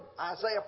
Isaiah